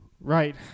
Right